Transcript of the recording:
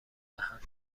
دهند